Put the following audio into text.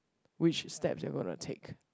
which steps you're going to take